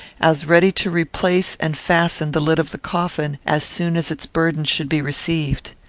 as ready to replace and fasten the lid of the coffin as soon as its burden should be received.